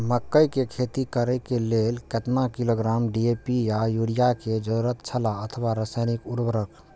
मकैय के खेती करे के लेल केतना किलोग्राम डी.ए.पी या युरिया के जरूरत छला अथवा रसायनिक उर्वरक?